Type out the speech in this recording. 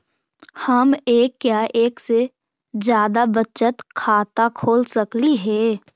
हम एक या एक से जादा बचत खाता खोल सकली हे?